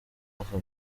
aka